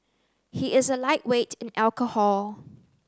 he is a lightweight in alcohol